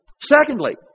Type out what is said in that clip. Secondly